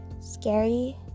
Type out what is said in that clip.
Scary